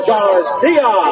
Garcia